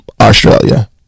Australia